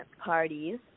parties